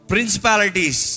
Principalities